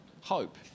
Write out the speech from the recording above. hope